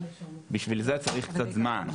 בשביל זה צריך קצת זמן.